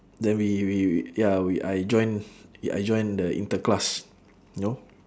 then we we w~ ya we I join I join the inter-class you know